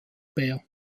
bär